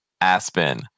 Aspen